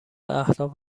اهداف